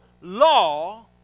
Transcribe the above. law